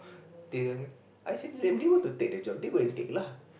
then I say to them they want to take the job they go and take lah